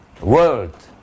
world